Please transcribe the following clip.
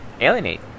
alienate